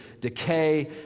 decay